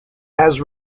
has